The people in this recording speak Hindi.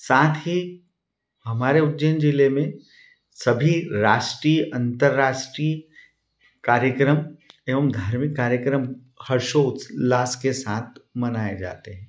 साथ ही हमारे उज्जैन जिले में सभी राष्ट्रीय अंतराष्ट्रीय कार्यक्रम एवम धार्मिक कार्यक्रम हर्षो उल्लास के साथ मनाए जाते हैं